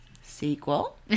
sequel